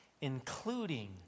including